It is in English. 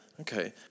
Okay